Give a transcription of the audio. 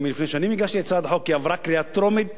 לפני שנים הגשתי הצעת חוק, היא עברה קריאה טרומית